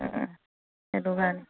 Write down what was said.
অঁ সেইটো কাৰণে